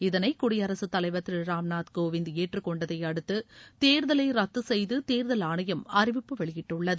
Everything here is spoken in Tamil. இதனை குடியரசுத் தலைவர் திரு ராம்நாத் கோவிந்த் ஏற்றுக் கொண்டதை அடுத்து தேர்தலை ரத்து செய்து தேர்தல் ஆணையம் அறிவிப்பு வெளியிட்டுள்ளது